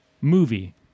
movie